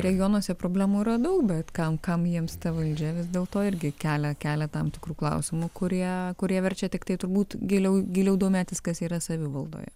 regionuose problemų yra daug bet kam kam jiems ta valdžia vis dėl to irgi kelia kelia tam tikrų klausimų kurie kurie verčia tiktai turbūt giliau giliau domėtis kas yra savivaldoje